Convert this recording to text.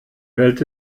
welt